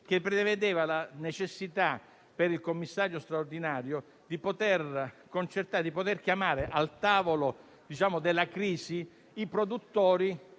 prevedeva la possibilità, per il commissario straordinario, di chiamare al tavolo della crisi i produttori